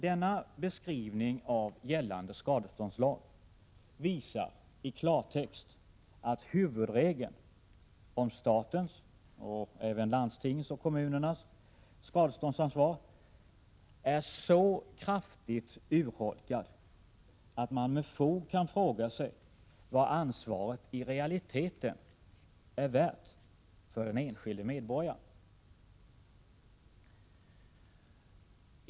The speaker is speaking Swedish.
Denna beskrivning av gällande skadeståndslag visar i klartext att huvudregeln om statens, landstingens och kommunernas skadeståndsansvar är så kraftigt urholkad att man med fog kan fråga sig vad ansvaret i realiteten är värt för den enskilde medborgaren.